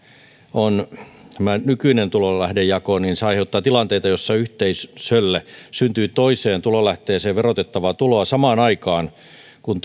on tämä nykyinen tulolähdejako se aiheuttaa tilanteita joissa yhteisölle syntyy toiseen tulolähteeseen verotettavaa tuloa samaan aikaan kun